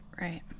Right